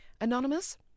Anonymous